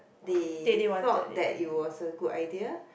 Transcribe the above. they thought that it was a good idea